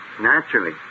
Naturally